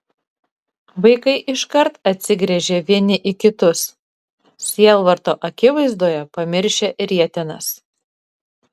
vaikai iškart atsigręžė vieni į kitus sielvarto akivaizdoje pamiršę rietenas